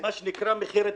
מה שנקרא "מחיר התקליט".